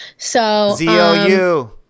Z-O-U